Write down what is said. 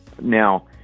Now